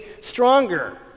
stronger